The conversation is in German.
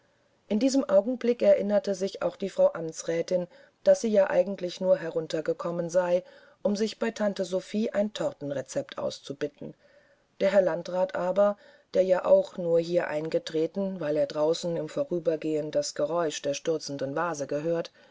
in diesem augenblick erinnerte sich auch die frau amtsrätin daß sie ja eigentlich nur heruntergekommen sei um sich bei tante sophie ein tortenrezept auszubitten der herr landrat aber der ja auch nur hier eingetreten weil er draußen im vorübergehen das geräusch der stürzenden vase gehört